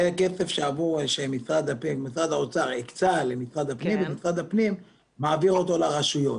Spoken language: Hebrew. זה כסף שמשרד האוצר הקצה למשרד הפנים ומשרד הפנים מעביר אותו לרשויות,